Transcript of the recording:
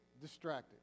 distracted